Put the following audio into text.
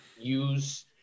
use